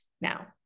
now